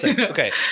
okay